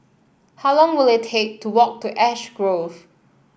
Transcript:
how long will it take to walk to Ash Grove